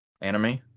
Anime